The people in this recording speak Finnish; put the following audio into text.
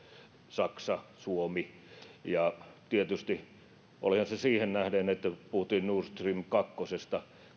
saksa suomi olihan se tietysti siihen nähden tunteita herättävää että puhuttiin nord stream kakkosesta